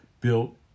built